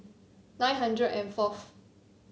nine hundred and fourth